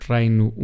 Reino